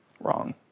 wrong